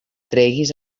treguis